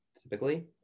typically